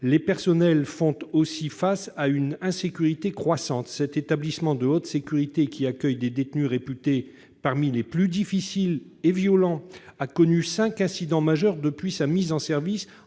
les personnels font aussi face à une insécurité croissante. Cet établissement de haute sécurité qui accueille des détenus réputés parmi les plus difficiles et violents a connu cinq incidents majeurs depuis sa mise en service